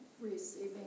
receiving